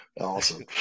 Awesome